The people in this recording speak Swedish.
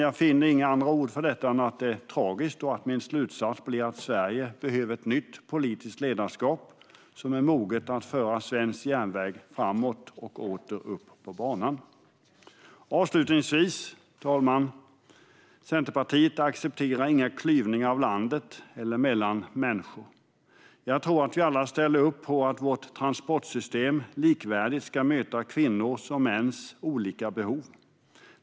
Jag finner inget annat ord för detta än att det är tragiskt. Min slutsats blir att Sverige behöver ett nytt politiskt ledarskap som är moget att föra svensk järnväg framåt och åter upp på banan. Fru talman! Centerpartiet accepterar inga klyvningar av landet eller mellan människor. Jag tror att vi alla ställer upp på att vårt transportsystem likvärdigt ska möta kvinnors och mäns olika behov.